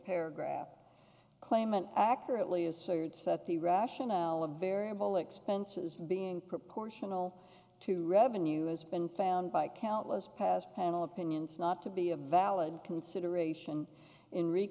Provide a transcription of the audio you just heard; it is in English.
paragraph claimant accurately asserts that the rationale of variable expenses being proportional to revenue has been found by countless past panel opinions not to be a valid consideration in re